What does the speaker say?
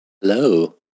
Hello